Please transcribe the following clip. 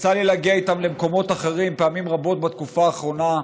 יצא לי להגיע איתם למקומות אחרים פעמים רבות בתקופה האחרונה,